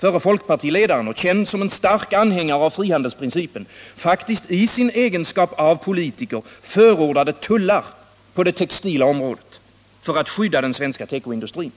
förre folkpartiledaren och känd som en stark anhängare av frihandelsprincipen, faktiskt i sin egenskap av politiker förordade tullar på det textila området för att skydda den svenska tekoindustrin.